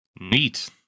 Neat